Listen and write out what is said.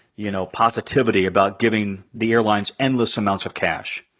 you know, positivity about giving the airlines endless amounts of cash.